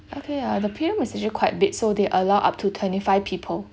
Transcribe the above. okay uh the playroom is actually quite big so they allow up to twenty-five people